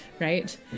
right